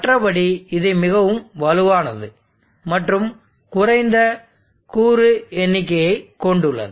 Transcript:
மற்றபடி இது மிகவும் வலுவானது மற்றும் குறைந்த கூறு எண்ணிக்கையைக் கொண்டுள்ளது